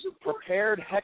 prepared